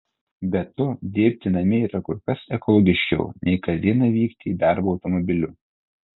be to dirbti namie yra kur kas ekologiškiau nei kas dieną vykti į darbą automobiliu